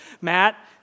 Matt